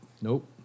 Nope